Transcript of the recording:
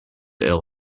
ill